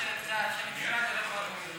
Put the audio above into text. אני אומרת,